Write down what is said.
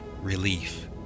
relief